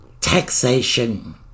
Taxation